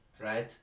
right